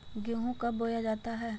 गेंहू कब बोया जाता हैं?